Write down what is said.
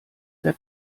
der